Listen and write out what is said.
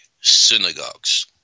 synagogues